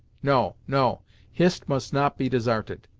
no no hist must not be desarted,